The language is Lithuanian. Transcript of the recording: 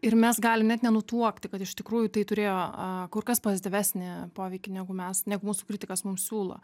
ir mes galim net nenutuokti kad iš tikrųjų tai turėjo kur kas pozityvesnį poveikį negu mes negu mūsų kritikas mum siūlo